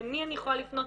למי אני יכולה לפנות,